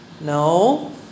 no